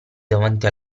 davanti